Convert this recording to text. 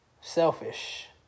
Selfish